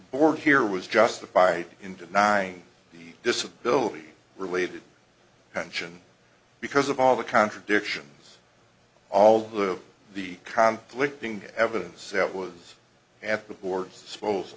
board here was justified in denying the disability related pension because of all the contradictions all the the conflict evidence that was at the board's s